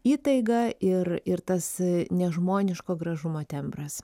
įtaiga ir ir tas nežmoniško gražumo tembras